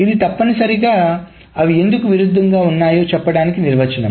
ఇది తప్పనిసరిగా అవి ఎందుకు విరుద్ధంగా ఉన్నాయో చెప్పడానికి నిర్వచనం